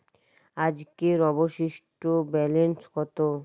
আজকের অবশিষ্ট ব্যালেন্স কত?